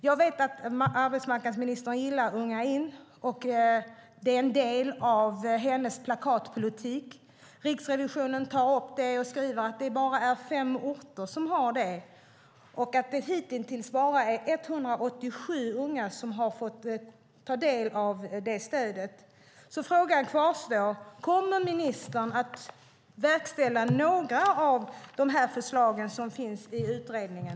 Jag vet att arbetsmarknadsministern gillar Unga in. Det är en del av hennes plakatpolitik. Riksrevisionen tar upp det och skriver att det bara är fem orter som har det och att det hittills bara är 187 unga som har fått ta del av det stödet. Frågan kvarstår alltså: Kommer ministern att verkställa några av de förslag som finns i utredningen?